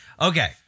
Okay